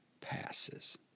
passes